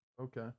Okay